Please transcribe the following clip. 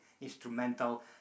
instrumental